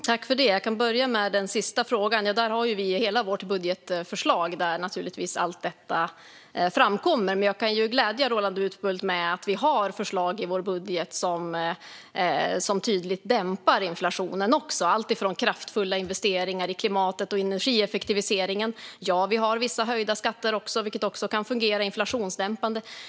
Herr talman! Jag kan börja med den sista frågan. Detta framkommer naturligtvis i hela vårt budgetförslag. Jag kan dock glädja Roland Utbult med att vi även har förslag i vår budget som tydligt dämpar inflationen, alltifrån kraftfulla investeringar i klimatet till energieffektivisering. Vi har också vissa höjda skatter, vilket även det kan fungera inflationsdämpande.